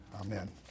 Amen